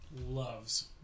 loves